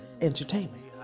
Entertainment